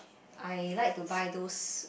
I like to buy those